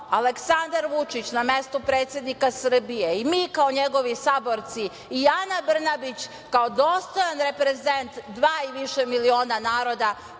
Aleksandar Vučić na mestu predsednika Srbije i mi kao njegovi saborci i Ana Brnabić kao dostojan reprezent dva i više miliona naroda